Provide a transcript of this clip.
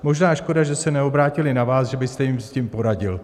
Možná škoda, že se neobrátili na vás, že byste jim s tím poradil.